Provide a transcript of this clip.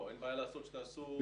לא, אין בעיה שתעשו את זה אצלכם.